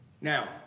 Now